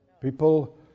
People